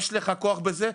יש לך כוח בזה,